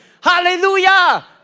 Hallelujah